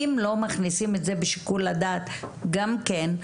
אם לא מכניסים את זה בשיקול הדעת גם כן,